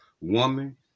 Woman